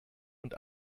und